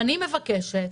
ואני מבקשת